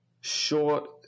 short